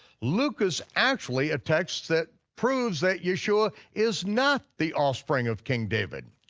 luke is actually a text that proves that yeshua is not the offspring of king david.